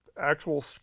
Actual